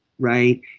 Right